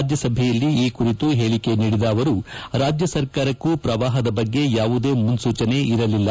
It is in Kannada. ರಾಜ್ಯಸಭೆಯಲ್ಲಿ ಈ ಕುರಿತು ಹೇಳಿಕೆ ನೀಡಿದ ಅವರು ರಾಜ್ಯ ಸರ್ಕಾರಕ್ಕೂ ಪ್ರವಾಪದ ಬಗ್ಗೆ ಯಾವುದೇ ಮುನ್ನೂಚನೆ ಇರಲಿಲ್ಲ